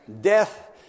Death